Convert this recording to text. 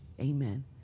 Amen